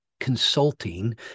consulting